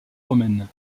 romaine